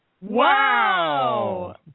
Wow